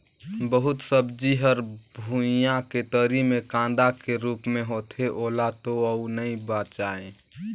बहुत सब्जी हर भुइयां के तरी मे कांदा के रूप मे होथे ओला तो अउ नइ बचायें